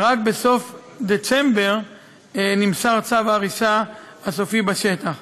ורק בסוף דצמבר נמסר צו ההריסה הסופי בשטח,